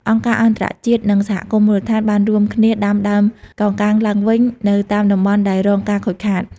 អង្គការអន្តរជាតិនិងសហគមន៍មូលដ្ឋានបានរួមគ្នាដាំដើមកោងកាងឡើងវិញនៅតាមតំបន់ដែលរងការខូចខាត។